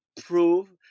prove